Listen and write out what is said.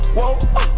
whoa